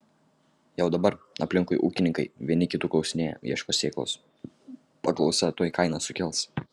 jau dabar aplinkui ūkininkai vieni kitų klausinėja ieško sėklos paklausa tuoj kainas sukels